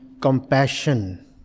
compassion